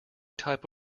type